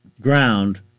ground